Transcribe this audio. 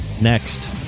next